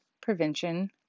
Prevention